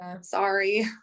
Sorry